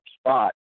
spot